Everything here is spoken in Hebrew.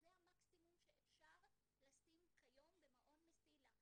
זה המקסימום שאפשר לשים כיום במעון 'מסילה'.